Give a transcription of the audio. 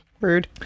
Rude